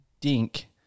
dink